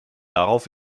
darauf